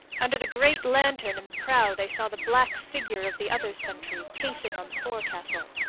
under the great lantern in the prow they saw the black figure of the other sentry, pacing on the forecastle.